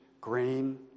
grain